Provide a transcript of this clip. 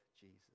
Jesus